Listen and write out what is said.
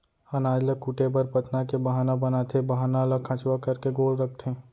अनाज ल कूटे बर पथना के बाहना बनाथे, बाहना ल खंचवा करके गोल रखथें